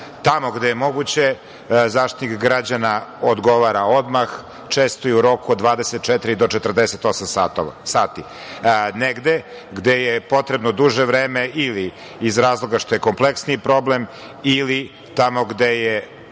Tamo gde je moguće Zaštitnik građana odgovara odmah. Često i u roku od 24 do 48 sati. Negde gde je potrebno duže vreme ili iz razloga što je kompleksiji problem ili tamo gde je